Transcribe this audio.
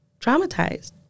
traumatized